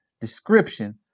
description